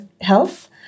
health